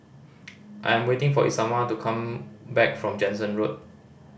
I'm waiting for Isamar to come back from Jansen Road